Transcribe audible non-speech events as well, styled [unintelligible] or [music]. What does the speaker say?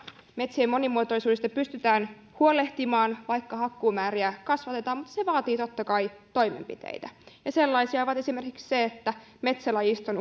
metsien monimuotoisuudesta pystytään huolehtimaan vaikka hakkuumääriä kasvatetaan mutta se vaatii totta kai toimenpiteitä ja sellainen on esimerkiksi se että metsälajiston [unintelligible]